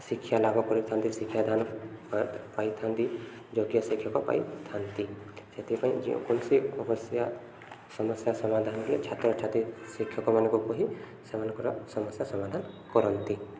ଶିକ୍ଷା ଲାଭ କରିଥାନ୍ତି ଶିକ୍ଷାଦାନ ପାଇ ପାଇଥାନ୍ତି ଯୋଗ୍ୟ ଶିକ୍ଷକ ପାଇଥାନ୍ତି ସେଥିପାଇଁ ଯେଉଁ କୌଣସି ଅବଶ୍ୟା ସମସ୍ୟା ସମାଧାନ ହେଲେ ଛାତ୍ରଛାତ୍ରୀ ଶିକ୍ଷକମାନକୁ ହିଁ ସେମାନଙ୍କର ସମସ୍ୟା ସମାଧାନ କରନ୍ତି